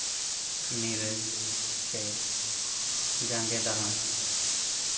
ᱱᱤᱨᱟᱹᱭ ᱥᱮ ᱡᱟᱸᱜᱮ ᱫᱟᱨᱟᱢ